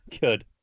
good